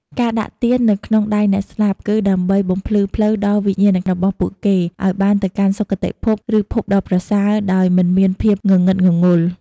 ការដាក់ទៀននៅក្នុងដៃអ្នកស្លាប់ គឺដើម្បីបំភ្លឺផ្លូវដល់វិញ្ញាណរបស់ពួកគេ ឲ្យបានទៅកាន់សុគតិភព ឬភពដ៏ប្រសើរ ដោយមិនមានភាពងងឹតងងល់។